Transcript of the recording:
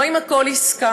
לא על הכול הסכמנו,